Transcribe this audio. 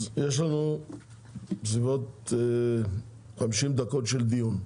אז יש לנו בסביבות 50 דקות של דיון.